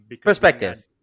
perspective